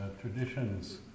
traditions